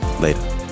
Later